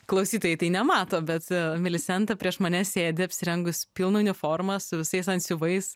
klausytojai tai nemato bet milisenta prieš mane sėdi apsirengus pilna uniforma su visais antsiuvais